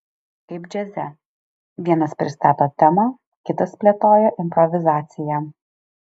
kaip džiaze vienas pristato temą kitas plėtoja improvizaciją